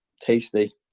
tasty